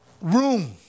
room